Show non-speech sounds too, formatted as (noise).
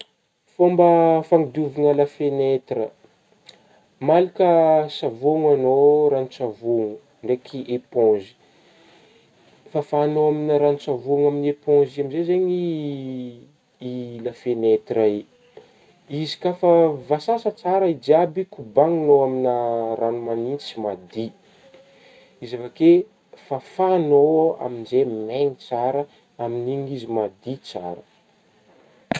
Fômba fanadiovagna la fenêtre (noise) malaka savôny ianao ranon-tsavôny ndraiky eponzy, fafanao amin'ny ranon-tsavôny amin'ny eponzy amin'izay zegny (hesitation) la fenêtre io ,izy koa efa voasasa tsara izy jiaby kobaninao amin'ny rano manintsy madiy, izy avy eo koa fafanao amin'izay maina tsara amin'igny izy madiy tsara.